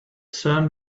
sun